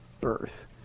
birth